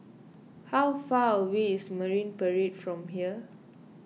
how far away is Marine Parade from here